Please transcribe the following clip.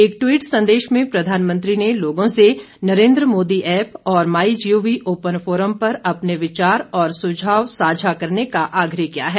एक ट्वीट संदेश में प्रधानमंत्री ने लोगों से नरेन्द्र मोदी ऐप और my G O V open forum पर अपने विचार और सुझाव साझा करने का आग्रह किया है